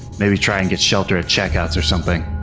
maybe try and get shelter at checkout's or something.